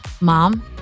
Mom